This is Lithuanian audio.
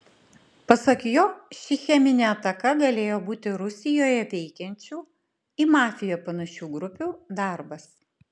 pasak jo ši cheminė ataka galėjo būti rusijoje veikiančių į mafiją panašių grupių darbas